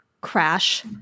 crash